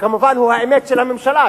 שכמובן היא האמת של הממשלה,